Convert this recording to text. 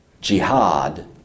jihad